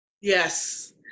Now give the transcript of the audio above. Yes